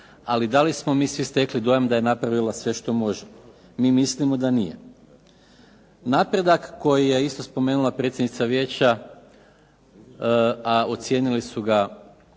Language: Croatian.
ali da li smo mi svi stekli dojam da je napravila sve što može. Mi mislimo da nije. Napredak koji je isto spomenula predsjednica vijeća, a ocijenili su ga